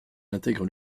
intègre